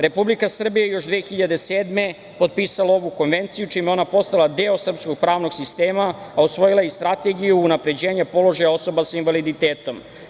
Republika Srbija je još 2007. godine potpisala ovu konvenciju, čime je ona postala deo srpskog pravnog sistema, a usvojila je i Strategiju unapređenja položaja osoba sa invaliditetom.